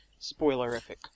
spoilerific